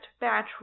batch